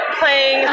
playing